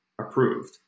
approved